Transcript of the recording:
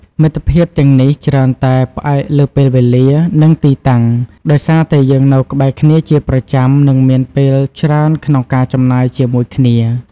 មិត្តភាពទាំងនេះច្រើនតែ ផ្អែកលើពេលវេលា និងទីតាំង ដោយសារតែយើងនៅក្បែរគ្នាជាប្រចាំ និងមានពេលច្រើនក្នុងការចំណាយជាមួយគ្នា។